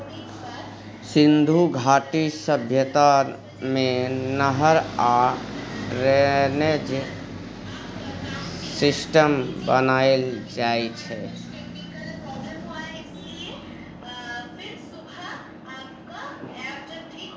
सिन्धु घाटी सभ्यता मे नहर आ ड्रेनेज सिस्टम बनाएल जाइ छै